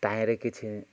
ତାଏଁରେ କିଛି